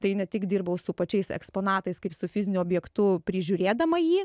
tai ne tik dirbau su pačiais eksponatais kaip su fiziniu objektu prižiūrėdama jį